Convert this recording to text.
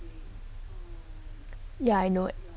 ya I know